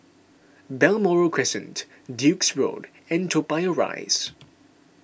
Balmoral Crescent Duke's Road and Toa Payoh Rise